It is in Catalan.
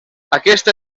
aquesta